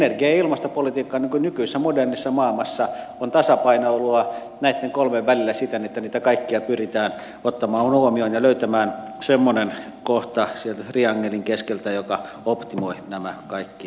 energia ja ilmastopolitiikka nykyisessä modernissa maailmassa on tasapainoilua näitten kolmen välillä siten että niitä kaikkia pyritään ottamaan huomioon ja löytämään sieltä triangelin keskeltä semmoinen kohta joka optimoi nämä kaikki kolme